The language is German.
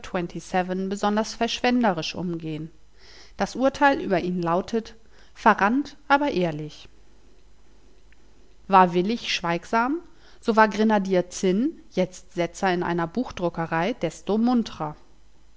besonders verschwenderisch umgehn das urteil über ihn lautet verrannt aber ehrlich war willich schweigsam so war grenadier zinn jetzt setzer in einer buchdruckerei desto